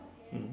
mm